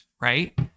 right